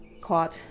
caught